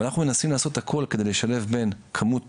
אנחנו מנסים לעשות הכול כדי לשלב בין כמות